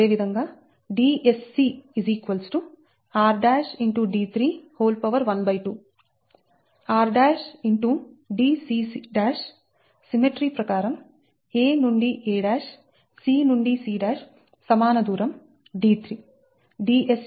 Dccసిమ్మెట్రీ ప్రకారం a నుండి a c నుండి c సమాన దూరం d3